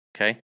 okay